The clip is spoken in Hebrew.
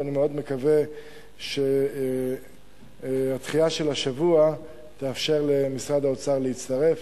ואני מאוד מקווה שהדחייה של השבוע תאפשר למשרד האוצר להצטרף.